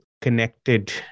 connected